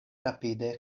rapide